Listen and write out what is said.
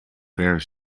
ver